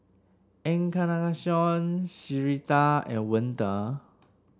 Encarnacion Syreeta and Wende